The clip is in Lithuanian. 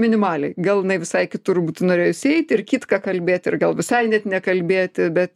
minimaliai gal jinai visai kitur būtų norėjusi eiti ir kitką kalbėt ir gal visai net nekalbėti bet